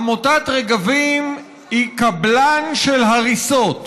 עמותת רגבים היא קבלן של הריסות,